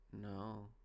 No